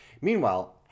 Meanwhile